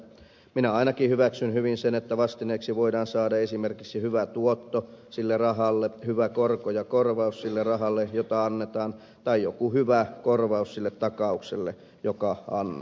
minä ainakin hyväksyn hyvin sen että vastineeksi voidaan saada esimerkiksi hyvä tuotto sille rahalle hyvä korko ja korvaus sille rahalle jota annetaan tai joku hyvä korvaus sille takaukselle joka annetaan